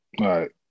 right